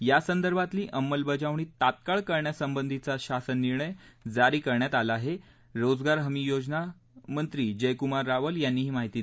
या संदर्भातली अंमलबजावणी तत्काळ करण्यासंबंधीचा शासन निर्णय जारी करण्यात आला आहे रोजगार हमी योजना मंत्री जयकुमार रावल यांनी ही माहिती दिली